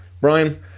Brian